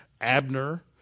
Abner